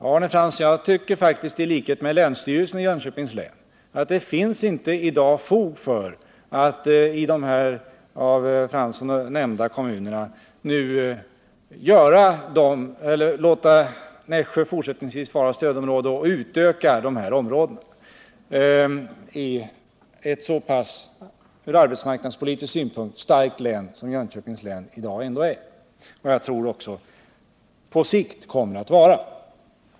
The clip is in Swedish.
Jag tycker faktiskt, Arne Fransson, i likhet med länsstyrelsen i Jönköpings län att det i dag inte finns fog för att låta Nässjö fortsättningsvis vara stödområde. Det finns inte heller motiv för att föra in nya kommuner i Jönköpings län i sstödområdet. Jönköpings län är från arbetsmarknadspolitisk synpunkt ett så pass starkt län att det klarar sig ändå.